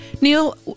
Neil